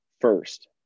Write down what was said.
first